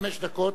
חמש דקות,